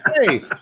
Hey